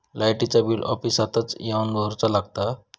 लाईटाचा बिल ऑफिसातच येवन भरुचा लागता?